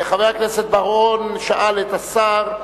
ושאל את השר,